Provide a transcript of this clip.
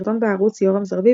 סרטון בערוץ "Yoram Zerbib",